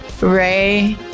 ray